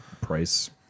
price